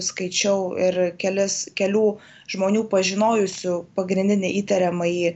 skaičiau ir kelis kelių žmonių pažinojusių pagrindinį įtariamąjį